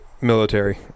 Military